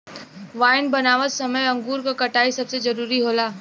wine बनावत समय अंगूर क कटाई सबसे जरूरी होला